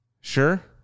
Sure